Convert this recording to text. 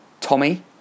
tommy